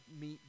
meet